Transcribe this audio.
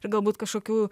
ir galbūt kažkokių